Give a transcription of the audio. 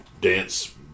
dance